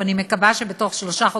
ואני מקווה שבתוך שלושה,